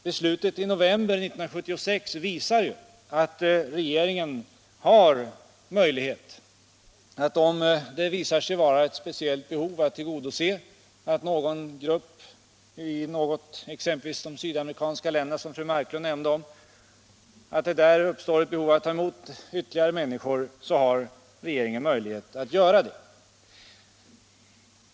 Beslutet i november 1976 visar att om det finns ett speciellt behov för ytterligare människor att komma hit från exempelvis något av de sydamerikanska länder som fru Marklund nämnde så har regeringen möjlighet att tillgodose detta.